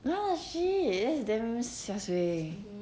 ya shit that's damn sia suay